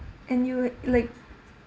and you would like